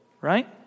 right